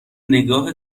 نگاه